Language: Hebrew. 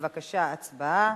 בבקשה, הצבעה,